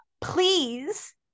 Please